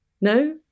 No